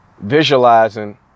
visualizing